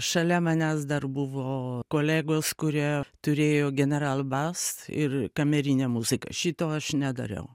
šalia manęs dar buvo kolegos kurie turėjo generalbas ir kamerinę muziką šito aš nedariau